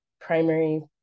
primary